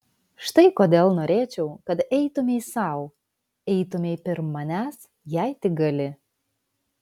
štai kodėl norėčiau kad eitumei sau eitumei pirm manęs jei tik gali